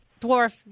dwarf